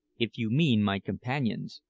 if you mean my companions,